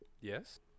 Yes